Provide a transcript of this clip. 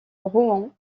rouen